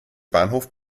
bahnhof